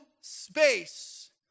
space